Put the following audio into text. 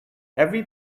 every